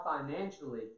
financially